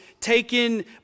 taken